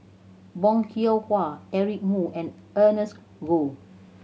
Bong Hiong Hwa Eric Moo and Ernest Goh